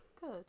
good